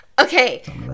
okay